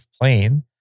plane